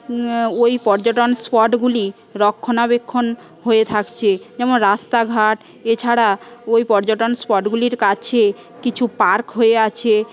ওই পর্যটন স্পটগুলি রক্ষণাবেক্ষন হয়ে থাকছে যেমন রাস্তাঘাট এছাড়া ওই পর্যটন স্পটগুলির কাছে কিছু পার্ক হয়ে আছে